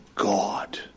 God